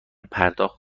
پرداخت